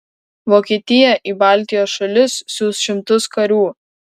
vokietija į baltijos šalis siųs šimtus karių